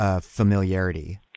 familiarity